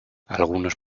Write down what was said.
algunos